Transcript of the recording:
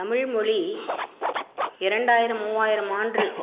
தமிழ்மொழி இரண்டாயிரம் மூவாயிரம் ஆண்டு